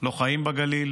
לא חיים בגליל,